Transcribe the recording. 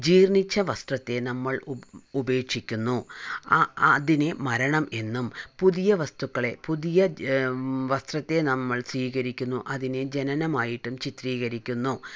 ജീർണ്ണിച്ച വസ്ത്രത്തെ നമ്മൾ ഉപേക്ഷിക്കുന്നു ആ അതിന് മരണം എന്നും പുതിയ വസ്തുക്കളെ പുതിയ വസ്ത്രത്തെ നമ്മൾ സ്വീകരിക്കുന്നു അതിന് ജനനമായിട്ടും ചിത്രീകരിക്കുന്നു